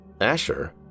Asher